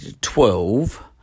Twelve